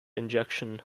injection